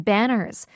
Banners